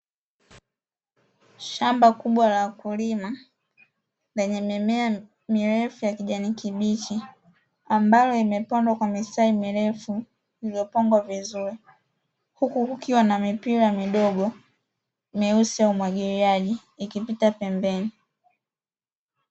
Shamba kubwa la wakulima lenye mimea mirefu ya kijani kibichi ambayo imepandwa kwa mistari mirefu iliyopangwa vizuri, huku kukiwa na mipira midogo meusi ya umwagiliaji ikipita pembeni.